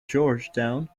georgetown